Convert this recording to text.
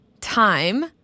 time